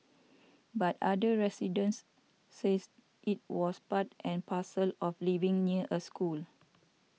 but other residents says it was part and parcel of living near a school